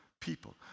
people